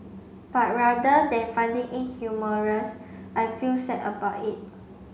but rather than finding it humorous I feel sad about it